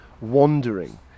wandering